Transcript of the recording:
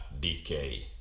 DK